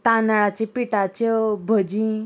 तांदळाच्यो पिठाच्यो भजी